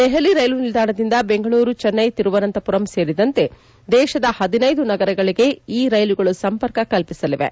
ದೆಹಲಿ ರೈಲು ನಿಲ್ದಾಣದಿಂದ ಬೆಂಗಳೂರು ಚೆನ್ನೈ ತಿರುವನಂತಮರಂ ಸೇರಿದಂತೆ ದೇಶದ ಹದಿನೈದು ನಗರಗಳಿಗೆ ಈ ರೈಲುಗಳು ಸಂಪರ್ಕ ಕಲ್ಪಿಸಲಿವೆ